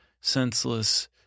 senseless